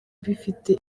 bifite